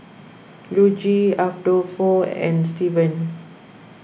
Luigi Adolfo and Steven